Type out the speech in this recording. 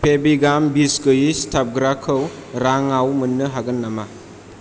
फेविगाम बिसगोयि सिथाबग्राखौ राङाव मोननो हागोन नामा